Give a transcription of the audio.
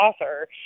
author